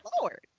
Lord